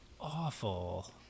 awful